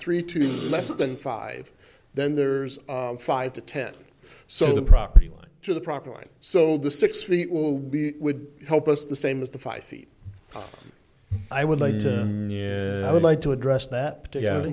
three to less than five then there's five to ten so the property line to the proper line so the six feet will be would help us the same as the five feet i would later i would like to address that